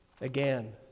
Again